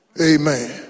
Amen